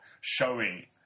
showing